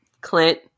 Clint